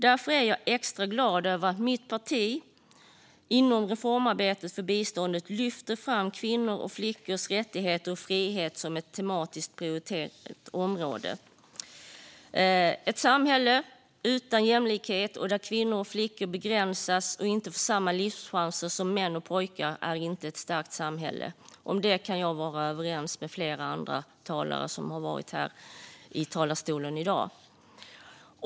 Därför är jag extra glad över att mitt parti inom reformarbetet med biståndet lyfter fram kvinnors och flickors rättigheter och frihet som ett tematiskt prioriteringsområde. Ett samhälle utan jämlikhet där kvinnor och flickor begränsas och inte får samma livschanser som män och pojkar är inte ett starkt samhälle. Om detta kan jag vara överens med flera andra talare här i dag.